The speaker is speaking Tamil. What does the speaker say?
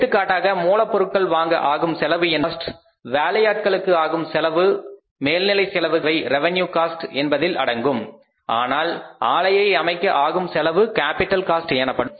எடுத்துக்காட்டாக மூலப் பொருட்கள் வாங்க ஆகும் செலவு என்பது ரெவென்யு காஸ்ட் வேலையாட்களுக்கு ஆகும் செலவு மேல்நிலை செலவுகள் ஆகியவை ரெவென்யு காஸ்ட் என்பதில் அடங்கும் ஆனால் ஆலையை அமைக்க ஆகும் செலவு கேப்பிட்டல் காஸ்ட் எனப்படும்